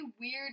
weird